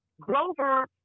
grover